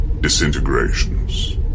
disintegrations